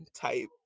type